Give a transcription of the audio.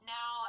Now